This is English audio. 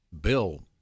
bill